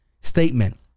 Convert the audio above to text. statement